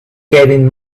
kevin